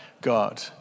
God